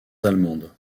allemandes